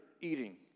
eating